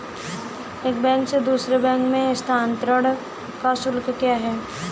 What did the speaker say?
एक बैंक से दूसरे बैंक में स्थानांतरण का शुल्क क्या है?